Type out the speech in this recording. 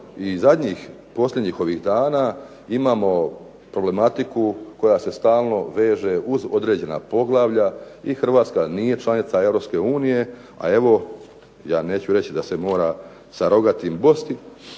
i zadnjih, posljednjih ovih dana imamo problematiku koja se stalno veže uz određena poglavlja i Hrvatska nije članica Europske unije, a evo ja neću reći da se mora sa rogatim bosti.